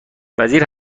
وزیر